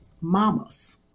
mamas